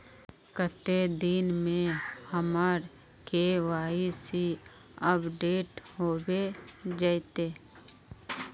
कते दिन में हमर के.वाई.सी अपडेट होबे जयते?